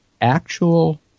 actual